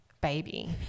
baby